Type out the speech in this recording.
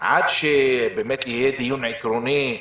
עד שיהיה דיון עקרוני,